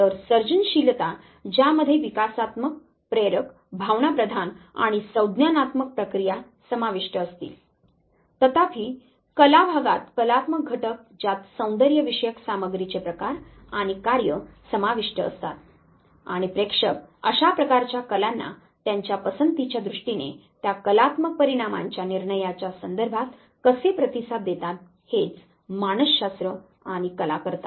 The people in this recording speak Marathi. तर सर्जनशीलता ज्यामध्ये विकासात्मक प्रेरक भावनाप्रधान आणि संज्ञानात्मक प्रक्रिया समाविष्ट असतील तथापि कला भागात कलात्मक घटक ज्यात सौंदर्यविषयक सामग्रीचे प्रकार आणि कार्य समाविष्ट असतात आणि प्रेक्षक अशा प्रकारच्या कलांना त्यांच्या पसंतीच्या दृष्टीने त्या कलात्मक परिणामांच्या निर्णयाच्या संदर्भात कसे प्रतिसाद देतात हेच मानसशास्त्र आणि कला करतात